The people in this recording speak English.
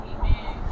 Amen